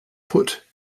put